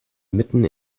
mitten